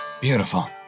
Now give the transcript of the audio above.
Beautiful